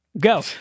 go